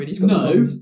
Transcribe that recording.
no